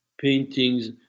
paintings